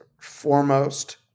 foremost